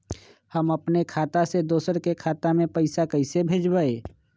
हम अपने खाता से दोसर के खाता में पैसा कइसे भेजबै?